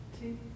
two